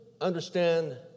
understand